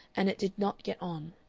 and it did not get on.